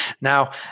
Now